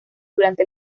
durante